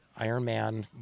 Ironman